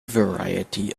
variety